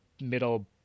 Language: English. middle